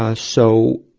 ah so,